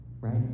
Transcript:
right